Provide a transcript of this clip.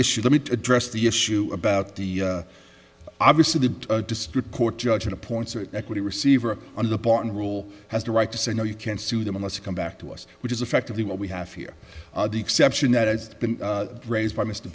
issue let me address the issue about the obviously the district court judge appoints or equity receiver on the barton rule has the right to say no you can't sue them unless you come back to us which is effectively what we have here the exception that has been raised by mr